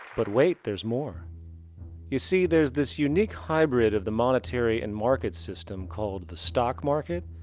but wait there's more you see, there's this unique hybrid of the monetary and market system called the stock market.